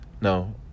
No